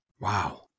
Wow